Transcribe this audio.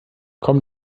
komm